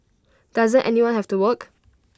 doesn't anyone have to work